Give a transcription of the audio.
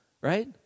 Right